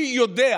אני יודע